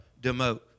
demote